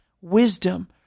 wisdom